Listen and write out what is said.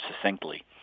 succinctly